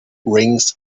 rings